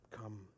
come